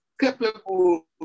capable